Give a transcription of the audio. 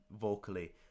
vocally